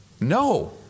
No